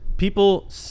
people